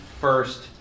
first